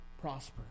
prosper